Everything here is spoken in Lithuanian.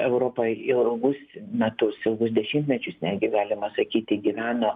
europa ilgus metus ilgus dešimtmečius netgi galima sakyti gyveno